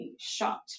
shocked